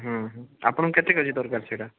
ଆପଣଙ୍କୁ କେତେ କେଜି ଦରକାର ସେଇଟା